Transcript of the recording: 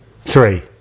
Three